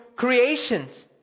creations